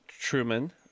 Truman